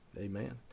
Amen